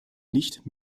nicht